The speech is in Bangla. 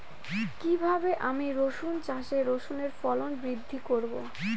কীভাবে আমি রসুন চাষে রসুনের ফলন বৃদ্ধি করব?